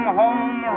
home